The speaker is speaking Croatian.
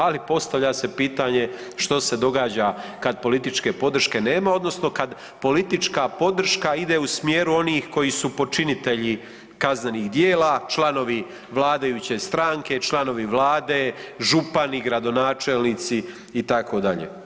Ali postavlja se pitanje što se događa kad političke podrške nema, odnosno kad politička podrška ide u smjeru onih koji su počinitelji kaznenih djela, članovi vladajuće stranke, članovi Vlade, župani, gradonačelnici itd.